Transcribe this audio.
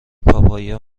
پاپایا